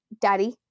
Daddy